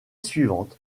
suivante